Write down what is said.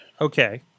Okay